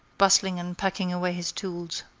bustling and packing away his tools.